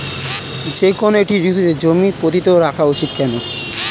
যেকোনো একটি ঋতুতে জমি পতিত রাখা উচিৎ কেন?